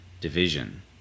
division